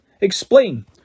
Explain